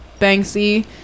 Banksy